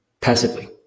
passively